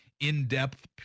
in-depth